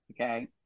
okay